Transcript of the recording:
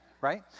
Right